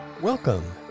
Welcome